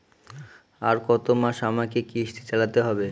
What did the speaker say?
আর কতমাস আমাকে কিস্তি চালাতে হবে?